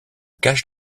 cache